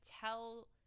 tell